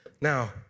Now